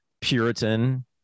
Puritan